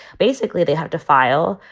basically, they have to file.